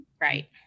Right